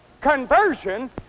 Conversion